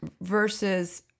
versus